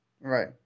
Right